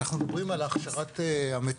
אנחנו מדברים על הכשרת המטפלות,